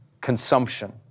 consumption